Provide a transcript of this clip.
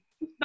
bye